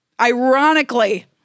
Ironically